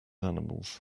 animals